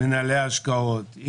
מנהלי ההשקעות,